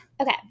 Okay